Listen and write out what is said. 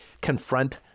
confront